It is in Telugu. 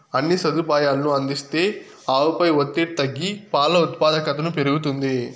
అన్ని సదుపాయాలనూ అందిస్తే ఆవుపై ఒత్తిడి తగ్గి పాల ఉత్పాదకతను పెరుగుతుంది